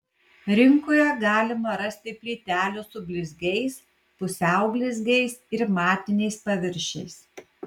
rinkoje galima rasti plytelių su blizgiais pusiau blizgiais ir matiniais paviršiais